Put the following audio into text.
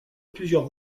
plusieurs